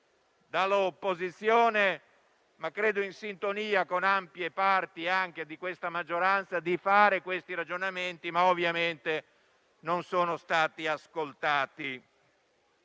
dall'opposizione, ma credo in sintonia con ampie parti di questa maggioranza, di fare questi ragionamenti, ma ovviamente non sono stati ascoltati.